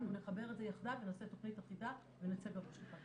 אנחנו נחבר את זה יחדיו ונעשה תכנית אחידה ונצא במשותף.